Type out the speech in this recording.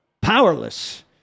powerless